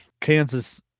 Kansas